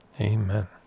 Amen